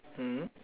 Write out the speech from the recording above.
mm